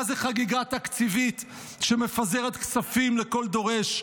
מה זה חגיגה תקציבית שמפזרת כספים לכל דורש.